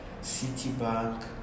Citibank